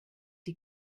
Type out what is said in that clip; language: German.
die